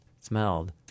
smelled